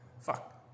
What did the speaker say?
fuck